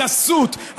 הגסות,